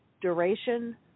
duration